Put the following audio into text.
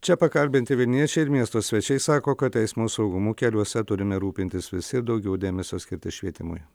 čia pakalbinti vilniečiai ir miesto svečiai sako kad eismo saugumu keliuose turime rūpintis visi ir daugiau dėmesio skirti švietimui